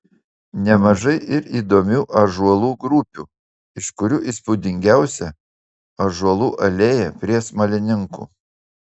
nemažai ir įdomių ąžuolų grupių iš kurių įspūdingiausia ąžuolų alėja prie smalininkų